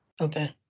Okay